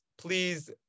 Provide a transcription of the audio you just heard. Please